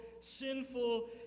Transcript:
sinful